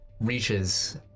reaches